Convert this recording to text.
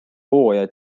hooaja